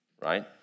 right